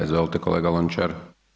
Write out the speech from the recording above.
Izvolite kolega Lončar.